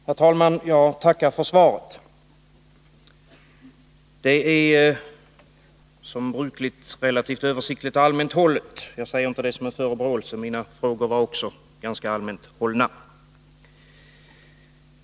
Herr talman! Jag tackar för svaret. Det är — som brukligt — relativt översiktligt och allmänt hållet. Jag säger inte detta som en förebråelse; mina frågor var också ganska allmänt hållna.